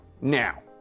now